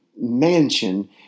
mansion